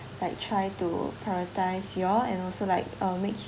like try to prioritise you all and also like uh make you